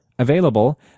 Available